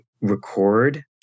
record